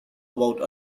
about